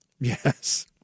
Yes